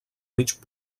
mig